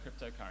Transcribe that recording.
cryptocurrency